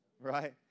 right